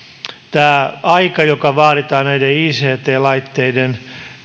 tämä aika joka vaaditaan näiden ict laitteiden